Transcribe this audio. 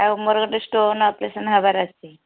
ଆଉ ମୋର ଗୋଟେ ଷ୍ଟୋନ୍ ଅପରେସନ୍ ହେବାର ଅଛି